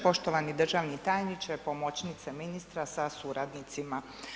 Poštovani državni tajniče, pomoćnice ministra sa suradnicima.